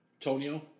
Tonyo